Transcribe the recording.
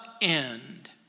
end